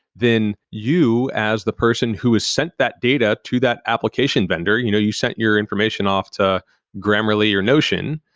then you as the person who has sent that data to that application vendor, you know you sent your information off to grammarly or notion,